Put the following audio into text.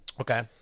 Okay